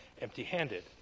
empty-handed